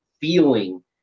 feeling